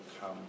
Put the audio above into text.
come